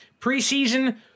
preseason